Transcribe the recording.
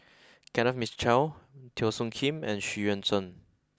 Kenneth Mitchell Teo Soon Kim and Xu Yuan Zhen